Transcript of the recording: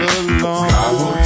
alone